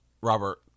Robert